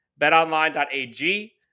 BetOnline.ag